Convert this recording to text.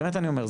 באמת אני אומר.